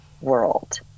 world